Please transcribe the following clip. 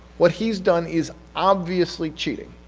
what he's done is obviously cheating,